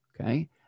okay